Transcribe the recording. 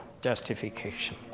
justification